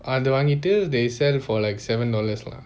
அது வாங்கிட்டு:athu vangitu they sell for like seven dollars lah